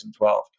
2012